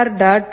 right motor